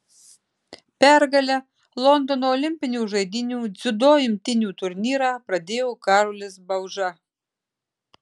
pergale londono olimpinių žaidynių dziudo imtynių turnyrą pradėjo karolis bauža